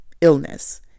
illness